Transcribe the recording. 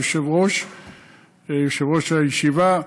יושב-ראש הישיבה,